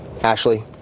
Ashley